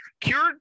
cured